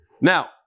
Now